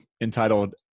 entitled